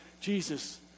Jesus